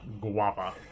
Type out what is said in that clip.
Guava